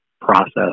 process